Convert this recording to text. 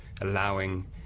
allowing